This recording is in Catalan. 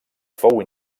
fou